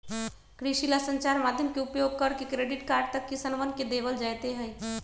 कृषि ला संचार माध्यम के उपयोग करके क्रेडिट कार्ड तक किसनवन के देवल जयते हई